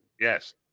Yes